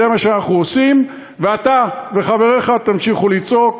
זה מה שאנחנו עושים, ואתה וחבריך תמשיכו לצעוק.